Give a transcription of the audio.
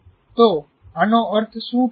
તો આનો અર્થ શું છે